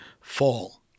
fall